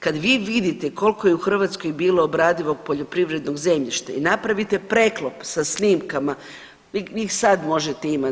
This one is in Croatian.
Kad vi vidite koliko je u Hrvatskoj bilo obradivog poljoprivrednog zemljišta i napravite preklop sa snimkama vi ih i sad možete imati.